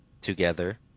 together